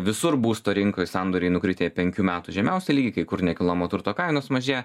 visur būsto rinkoj sandoriai nukritę į penkių metų žemiausią lygį kai kur nekilnojamo turto kainos mažėja